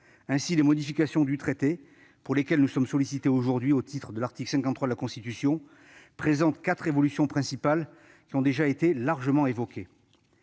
unique. Les modifications du traité, qui nous sont soumises aujourd'hui au titre de l'article 53 de la Constitution, reposent sur quatre évolutions principales qui ont déjà été largement évoquées